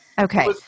Okay